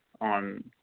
on